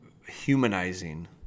humanizing